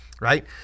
right